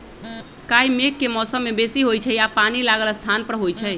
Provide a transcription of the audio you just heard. काई मेघ के मौसम में बेशी होइ छइ आऽ पानि लागल स्थान पर होइ छइ